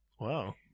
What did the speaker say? Wow